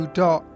dot